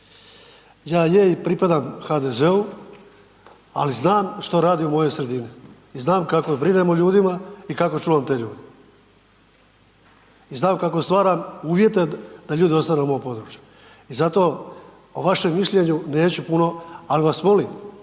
Ja je i pripadam HDZ-u, ali znam što rade u mojoj sredini i znam kako brinem o ljudima, i kako čuvam te ljude i znam kako stvaram uvjete da ljudi ostanu u mom području. I zato o vašem mišljenju neću puno, ali vas molim